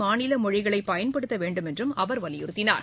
மாநில மொழிகளை பயன்படுத்த வேண்டும் என்றும் அவர் வலியுறுத்தினார்